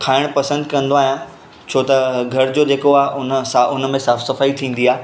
खाइण पसंदि कंदो आहियां छो त घर जो जेको आहे हुन सां हुन में साफ़ु सफ़ाई थींदी आहे